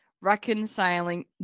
reconciling